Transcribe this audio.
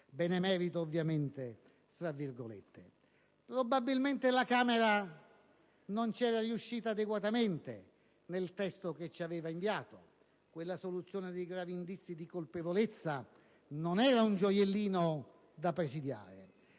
(benemerito ovviamente fra virgolette). Probabilmente la Camera non c'era riuscita adeguatamente nel testo che ci aveva inviato: quella soluzione dei gravi indizi di colpevolezza non era un gioiellino da presidiare,